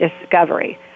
discovery